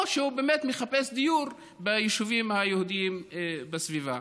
או שהוא באמת מחפש דיור ביישובים היהודיים בסביבה.